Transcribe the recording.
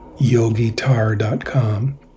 yogitar.com